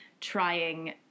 trying